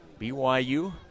BYU